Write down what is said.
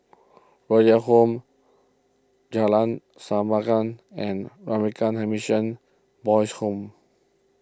Royal Home Jalan and Ramakrishna Mission Boys' Home